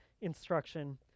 instruction